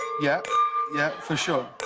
yes, yes. for sure.